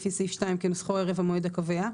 לפי סעיף 2 כנוסחו ערב המועד הקובע,